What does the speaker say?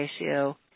ratio